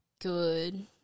good